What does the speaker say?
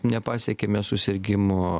nepasiekėme susirgimų